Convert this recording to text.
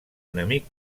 enemic